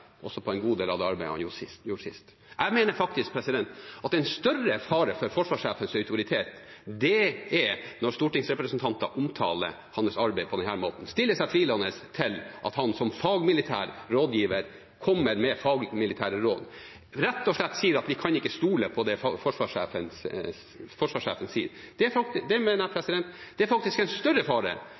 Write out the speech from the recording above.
på en god del av det arbeidet han gjorde sist. Jeg mener at en større fare for forsvarssjefens autoritet er når stortingsrepresentanter omtaler hans arbeid på denne måten, stiller seg tvilende til at han som fagmilitær rådgiver kommer med fagmilitære råd, rett og slett sier at vi ikke kan stole på det forsvarssjefen sier. Det mener jeg er en større fare i det